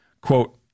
Quote